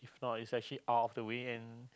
no it's actually out of the way and